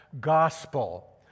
gospel